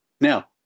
Now